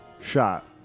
Shot